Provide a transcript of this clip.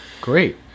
Great